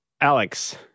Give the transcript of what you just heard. Alex